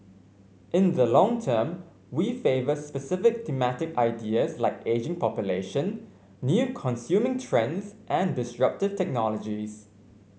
in the long term we favour specific thematic ideas like ageing population new consuming trends and disruptive technologies